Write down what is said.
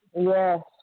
Yes